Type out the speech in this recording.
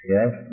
Yes